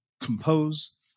compose